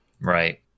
Right